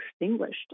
extinguished